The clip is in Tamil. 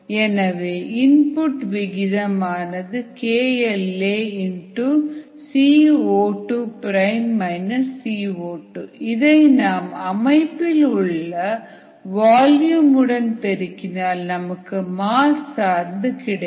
எனவே இன்புட் விகிதம் KLaCO2 CO2 இதை நம் அமைப்பில் உள்ள வால்யூம் உடன் பெருக்கினால் நமக்கு மாஸ் சார்ந்து கிடைக்கும்